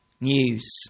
news